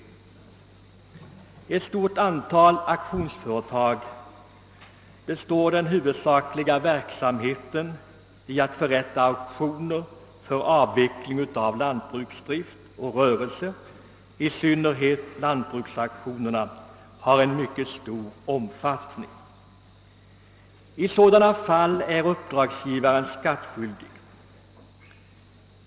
För ett stort antal auktionsföretag består den huvudsakliga verksamheten i att förrätta auktioner vid avveckling av lantbruksdrift och rörelse — i synnerhet lantbruksauktionerna har stor omfattning. I sådana fall är uppdragsgivaren skattskyldig.